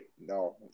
No